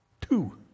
Two